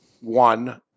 one